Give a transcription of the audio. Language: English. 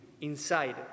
inside